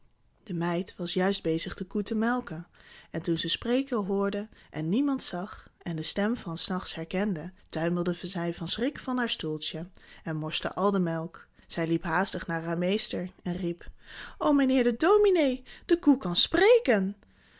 de meid was juist bezig de koe te melken en toen ze spreken hoorde en niemand zag en de stem van s nachts herkende tuimelde zij van schrik van haar stoeltje en morste al de melk zij liep haastig naar haar meester en riep o mijnheer de dominé de koe kan spreken